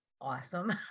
awesome